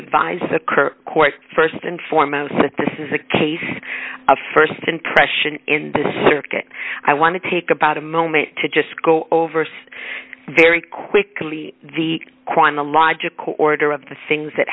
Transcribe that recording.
advise occur court st and foremost that this is a case of st impression in the circuit i want to take about a moment to just go over so very quickly the chronological order of the things that